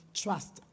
trust